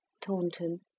Taunton